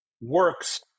works